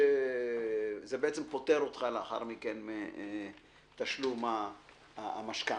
זה בעצם פוטר אותך לאחר מכן מתשלום המשכנתה,